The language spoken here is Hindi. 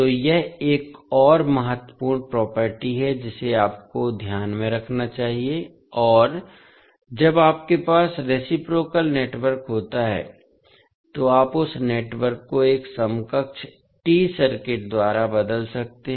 तो यह एक और महत्वपूर्ण प्रॉपर्टी है जिसे आपको ध्यान में रखना चाहिए और जब आपके पास रेसिप्रोकाल नेटवर्क होता है तो आप उस नेटवर्क को एक समकक्ष T सर्किट द्वारा बदल सकते हैं